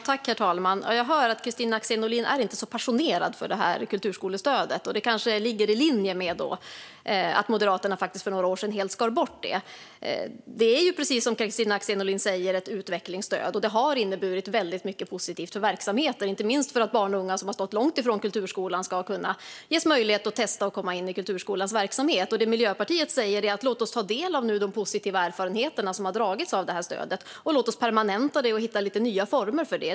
Herr talman! Jag hör att Kristina Axén Olin inte är så passionerad när det gäller kulturskolestödet. Det kanske ligger i linje med att Moderaterna för några år sedan helt skar bort det. Det är precis som Kristina Axén Olin säger ett utvecklingsstöd, och det har inneburit väldigt mycket positivt för verksamheten, inte minst för att barn och unga som har stått långt från kulturskolan kan ges möjlighet att testa och att komma in i kulturskolans verksamhet. Det Miljöpartiet säger är: Låt oss ta del av de positiva erfarenheterna av stödet, och låt oss permanenta det och hitta nya former för det.